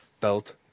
belt